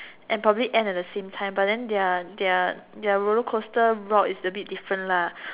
and probably end at the same time but then their their their roller coaster route is a bit different lah